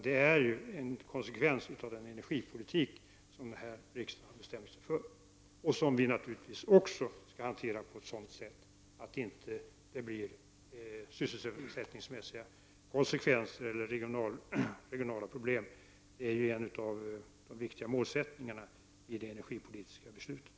Det här är ju en konsekvens av den energipolitik som Sveriges riksdag har bestämt sig för. Naturligtvis skall vi hantera detta på ett sådant sätt att det inte får sysselsättningsmässiga konsekvenser eller medför regionala problem. Det är ju en av de viktiga målsättningarna i det energipolitiska beslutet.